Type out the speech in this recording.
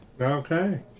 Okay